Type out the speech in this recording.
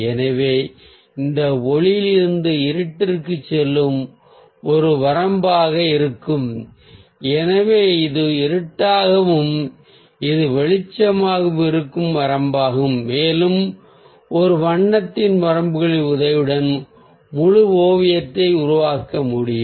எனவே இது ஒளியிலிருந்து இருட்டிற்குச் செல்லும் ஒரு வரம்பாக இருக்கும் எனவே இது இருட்டாகவும் இது வெளிச்சமாகவும் இருக்கும் வரம்பாகும் மேலும் ஒரு வண்ணத்தின் வரம்புகளின் உதவியுடன் முழு ஓவியத்தையும் உருவாக்க முடியும்